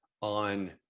on